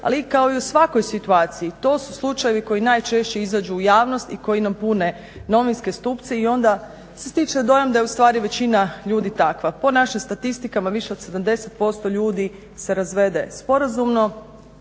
ali kao i u svakoj situaciji to su slučajevi koji najčešće izađu u javnost i koji nam pune novinske stupce i onda se stiče dojam da je ustvari većina ljudi takva. Po našim statistikama više od 70% ljudi se razvede sporazumno,